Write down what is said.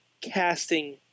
casting